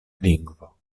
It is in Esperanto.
lingvo